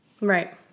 Right